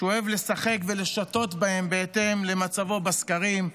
שהוא אוהב לשחק ולשטות בהם בהתאם למצבו בסקרים,